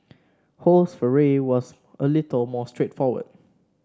ho's foray was a little more straight forward